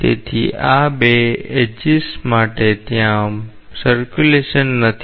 તેથી આ બે ઍડ્જીસ માટે ત્યાં પરિભ્રમણ નથી